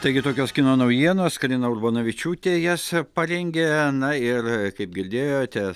taigi tokios kino naujienos karina urbonavičiūtė jas parengė na ir kaip girdėjote